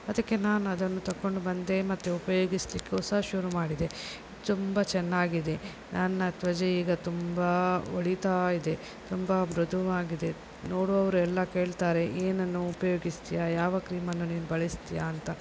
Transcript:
ಅದಕ್ಕೆ ನಾನು ಅದನ್ನು ತಕ್ಕೊಂಡು ಬಂದೆ ಮತ್ತು ಉಪಯೋಗಿಸಲಿಕ್ಕೂ ಸಹ ಶುರು ಮಾಡಿದೆ ತುಂಬ ಚೆನ್ನಾಗಿದೆ ನನ್ನ ತ್ವಚೆ ಈಗ ತುಂಬ ಹೊಳಿತಾಯಿದೆ ತುಂಬ ಮೃದುವಾಗಿದೆ ನೋಡುವವರೆಲ್ಲ ಕೇಳ್ತಾರೆ ಏನನ್ನು ಉಪಯೋಗಿಸ್ತೀಯಾ ಯಾವ ಕ್ರೀಮನ್ನು ನೀನು ಬಳಸ್ತೀಯಾ ಅಂತ